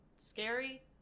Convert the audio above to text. Scary